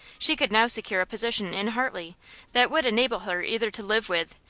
she could now secure a position in hartley that would enable her either to live with,